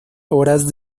horas